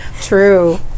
true